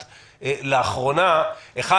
ראשית,